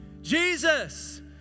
Jesus